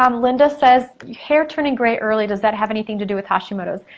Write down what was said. um linda says hair turning gray early, does that have anything to do with hashimoto's?